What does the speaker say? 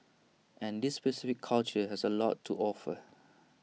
and this specific culture has A lot to offer